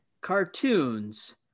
cartoons